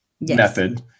method